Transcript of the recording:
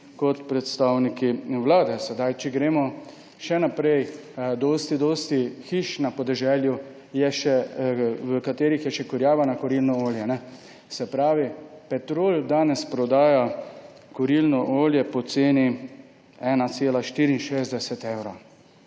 kot predstavniki Vlade. Če gremo še naprej. Dosti dosti hiš je na podeželju, v katerih je še kurjava na kurilno olje. Se pravi, Petrol danes prodaja kurilno olje po ceni 1,64 evra.